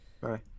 Bye